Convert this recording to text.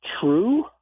true